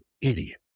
idiot